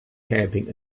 camping